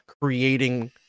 creating